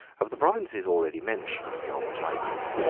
of the provinces already mentioned beyond the tigris,